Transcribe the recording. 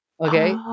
okay